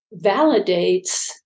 validates